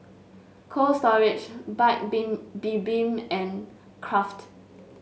Cold Storage Paik Been Bibim and Kraft